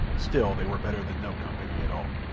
still they were better than no company at all.